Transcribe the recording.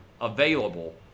available